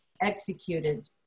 executed